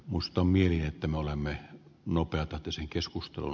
musta mieliin että me olemme nopeatahtisen keskustelun